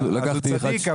אתה צדיק,